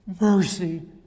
mercy